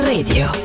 Radio